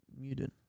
muted